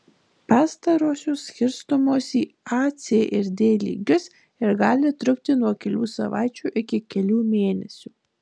pastarosios skirstomos į a c ir d lygius ir gali trukti nuo kelių savaičių iki kelių mėnesių